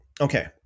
Okay